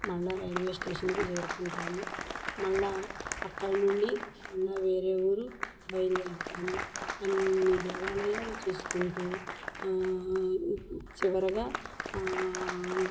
మళ్ళీ రైల్వే స్టేషన్కి చేరుకుంటాము మళ్ళీ అక్కడ నుండి మళ్ళా వేరే ఊరు బయల్దేరుతాము అన్నీ దేవాలయాలు చూసుకుంటూ చివరగా